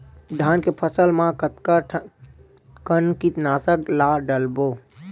धान के फसल मा कतका कन कीटनाशक ला डलबो?